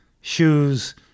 shoes